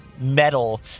metal